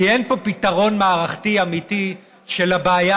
כי אין פה פתרון מערכתי אמיתי של הבעיה